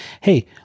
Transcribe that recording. Hey